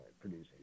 producing